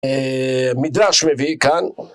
מדרש מביא כאן